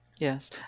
Yes